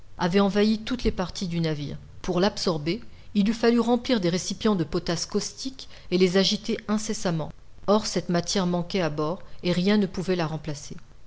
avait envahi toutes les parties du navire pour l'absorber il eût fallu remplir des récipients de potasse caustique et les agiter incessamment or cette matière manquait à bord et rien ne la pouvait remplacer